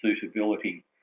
suitability